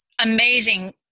amazing